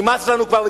נמאס לנו כבר.